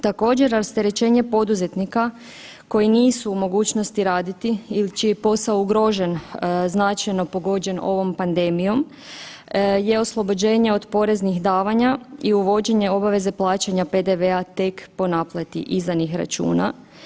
Također rasterećenje poduzetnika koji nisu u mogućnosti raditi ili čiji je posao ugrožen, značajno pogođen ovom pandemijom je oslobođenje od poreznih davanja i uvođenje obaveze plaćanja PDV-a tek po naplati izdanih računa.